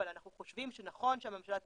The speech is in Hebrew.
אבל אנחנו חושבים שנכון שהממשלה תגיד,